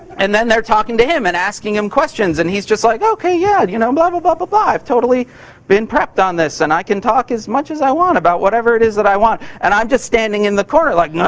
then they're talking to him and asking him questions and he's just like, ok, yeah. you know and blah, blah, blah, blah, blah. i've totally been prepped on this and i can talk as much as i want about whatever it is that i want. and i'm just standing in the corner like,